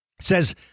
Says